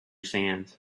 sands